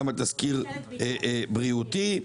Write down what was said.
גם על תסקיר בריאותי.